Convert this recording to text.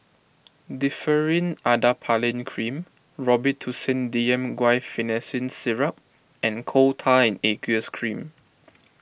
Differin Adapalene Cream Robitussin D M Guaiphenesin Syrup and Coal Tar in Aqueous Cream